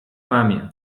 mamie